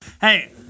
hey